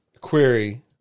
query